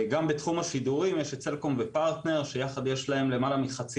גם בתחום השידורים יש סלקום ופרטנר שיחד יש להם למעלה מחצי